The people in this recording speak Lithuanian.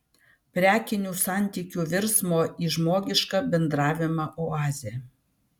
prekinių santykių virsmo į žmogišką bendravimą oazė